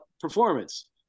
performance